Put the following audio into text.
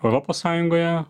europos sąjungoje